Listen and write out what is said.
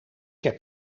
heb